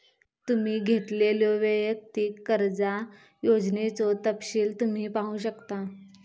तुम्ही घेतलेल्यो वैयक्तिक कर्जा योजनेचो तपशील तुम्ही पाहू शकता